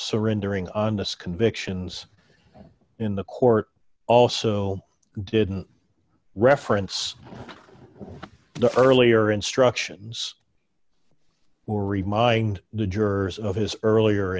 surrendering honest convictions in the court also didn't reference the earlier instructions or remind the jurors of his earlier